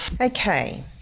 Okay